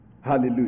Hallelujah